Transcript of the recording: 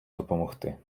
допомогти